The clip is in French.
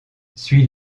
suis